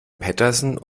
petersen